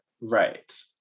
Right